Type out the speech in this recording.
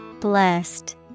Blessed